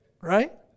right